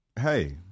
hey